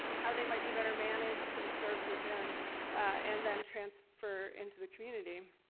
how they might be better managed and served within and then transfer into the community.